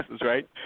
right